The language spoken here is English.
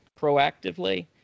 proactively